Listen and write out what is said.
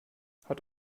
hat